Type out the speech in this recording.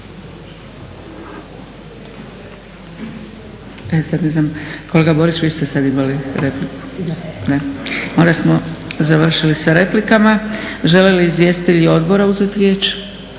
Kolega Borić, vi ste sad imali repliku. Onda smo završili sa replikama. Žele li izvjestitelji odbora uzeti riječ?